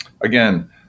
Again